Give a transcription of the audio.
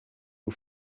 who